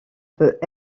peut